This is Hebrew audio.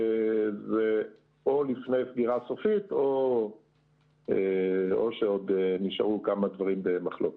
זה או לפני סגירה סופית או שעוד נשארו כמה דברים במחלוקת.